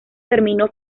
terminó